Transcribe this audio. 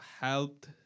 helped